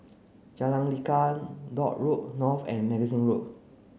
Jalan Lekar Dock Road North and Magazine Road